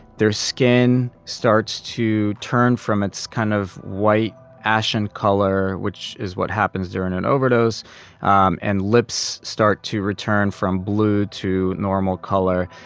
their skin starts to turn from its kind of white, ashen color which is what happens during an overdose um and lips start to return from blue to normal color,